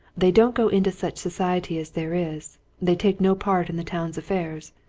they don't go into such society as there is they take no part in the town's affairs.